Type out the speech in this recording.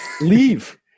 leave